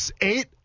eight